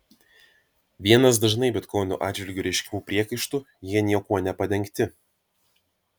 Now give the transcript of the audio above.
vienas dažnai bitkoinų atžvilgiu reiškiamų priekaištų jie niekuo nepadengti